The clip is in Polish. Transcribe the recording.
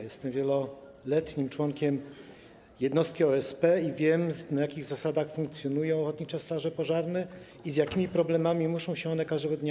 Jestem wieloletnim członkiem jednostki OSP i wiem, na jakich zasadach funkcjonują ochotnicze straże pożarne i z jakimi problemami muszą mierzyć się one każdego dnia.